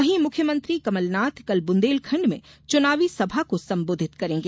वहीं मुख्यमंत्री कमलनाथ कल बुंदेलखंड में चुनावी सभा को संबोधित करेंगे